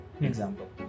Example